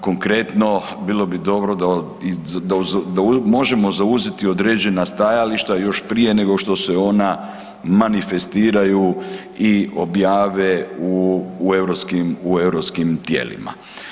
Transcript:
Konkretno, bilo bi dobro da možemo zauzeti određena stajališta još prije nego što se ona manifestiraju i objave u europskim tijelima.